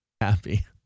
happy